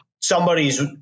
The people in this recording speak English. somebody's –